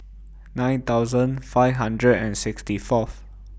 nine thousand five hundred and sixty Fourth